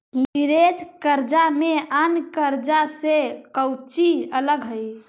Leverage कर्जा में अन्य कर्जा से कउची अलग हई?